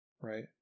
right